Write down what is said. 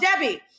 Debbie